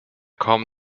kaum